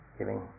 giving